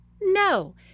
No